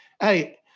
Hey